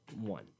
one